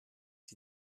sie